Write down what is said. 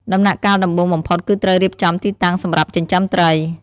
ដំណាក់កាលដំបូងបំផុតគឺត្រូវរៀបចំទីតាំងសម្រាប់ចិញ្ចឹមត្រី។